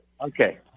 Okay